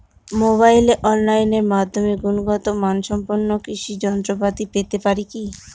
মোবাইলে অনলাইনের মাধ্যমে গুণগত মানসম্পন্ন কৃষি যন্ত্রপাতি পেতে পারি কি?